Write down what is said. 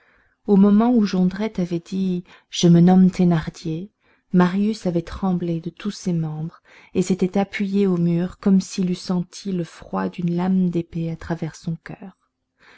au moment où jondrette avait dit je me nomme thénardier marius avait tremblé de tous ses membres et s'était appuyé au mur comme s'il eût senti le froid d'une lame d'épée à travers son coeur